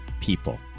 people